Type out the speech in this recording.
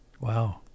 wow